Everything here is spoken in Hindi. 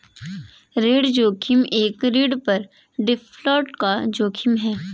ऋण जोखिम एक ऋण पर डिफ़ॉल्ट का जोखिम है